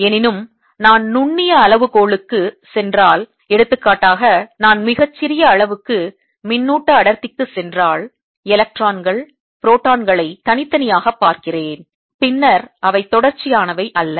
எனினும் நான் நுண்ணிய அளவுகோலுக்குச் சென்றால் எடுத்துக்காட்டாக நான் மிக சிறிய அளவுக்கு மின்னூட்ட அடர்த்திக்கு சென்றால் எலக்ட்ரான்கள் புரோட்டான்களை தனித்தனியாகப் பார்க்கிறேன் பின்னர் அவை தொடர்ச்சியானவை அல்ல